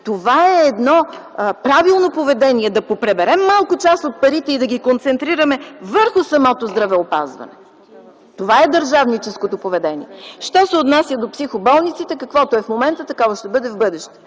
Това е правилно поведение – да поприберем малко част от парите и да ги концентрираме върху самото здравеопазване. Това е държавническото поведение. Що се отнася до психоболниците, каквото е в момента, такова ще бъде в бъдеще.